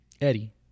Eddie